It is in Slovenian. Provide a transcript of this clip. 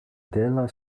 dela